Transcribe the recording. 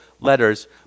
letters